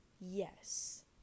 yes